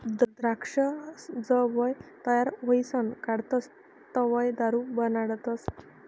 द्राक्ष जवंय तयार व्हयीसन काढतस तवंय दारू बनाडतस